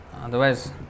Otherwise